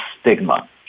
stigma